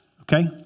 okay